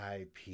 IP